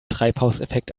treibhauseffekt